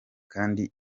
kandi